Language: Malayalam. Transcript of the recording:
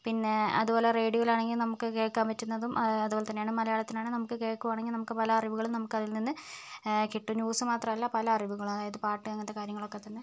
പിന്നെ അതുപോലെ റേഡിയോയിൽ ആണെങ്കിൽ നമുക്ക് കേൾക്കാൻ പറ്റുന്നതും അതുപോലെ തന്നെയാണ് മലയാളത്തിലാണ് നമുക്ക് കേൾക്കുകയാണെങ്കിൽ നമുക്ക് പല അറിവുകളും നമുക്ക് അതിൽ നിന്ന് കിട്ടും ന്യൂസ് മാത്രമല്ല പല അറിവുകളും അതായത് പാട്ട് അങ്ങനത്തെ കാര്യങ്ങൾ ഒക്കെത്തന്നെ